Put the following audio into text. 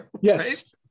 yes